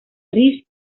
risc